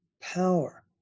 Power